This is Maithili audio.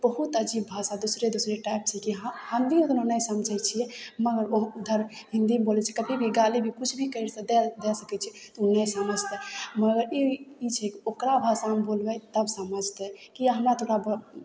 बहुत अजीब भाषा दोसरे दोसरे टाइप छै कि हँ हम भी कखनो नहि समझय छियै मगर उहो उधर हिन्दीमे बोलय छै कभी भी गाली भी किछु भी करि दए दए सकय छै तऽ उ नहि समझतय मगर ई छै ओकरा भाषामे बोलबय तब समझतय किएक हमरा तोरा बऽ